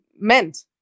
meant